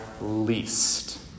least